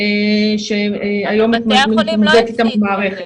שהיום מתמודדת איתם המערכת.